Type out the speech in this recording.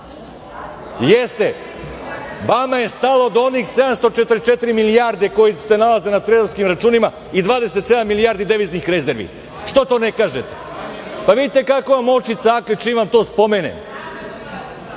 Jeste, vama je stalo do onih 744 milijarde koje se trezorskim računima i 27 milijardi deviznih rezervi. Što to ne kažete? Pa, vidite kako vam oči cakle čim vam to spomenem,